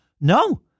no